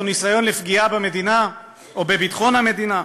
או ניסיון לפגיעה במדינה או בביטחון המדינה.